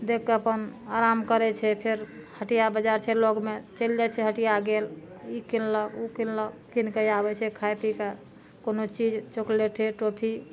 देख कऽ अपन आराम करै छै फेर हटिया बजार छै लगमे फेर चलि जाइ छै हटिया गेल ई किनलक ओ किनलक किन कए आबै छै खाइ पी कए कोनो चीज चोकलेटे टोफी